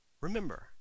remember